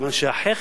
כיוון שהחך,